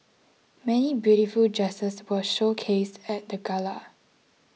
many beautiful dresses were showcased at the Gala